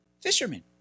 fishermen